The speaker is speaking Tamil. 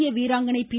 இந்திய வீராங்கணை பி